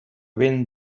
vent